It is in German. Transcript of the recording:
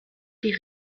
die